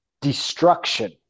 destruction